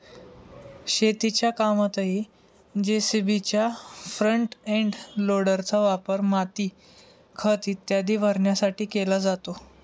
शेतीच्या कामातही जे.सी.बीच्या फ्रंट एंड लोडरचा वापर माती, खत इत्यादी भरण्यासाठी केला जातो